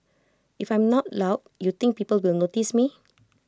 if I am not loud you think people will notice me